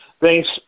thanks